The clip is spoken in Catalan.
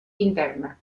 interna